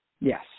Yes